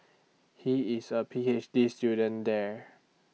he is A P H D student there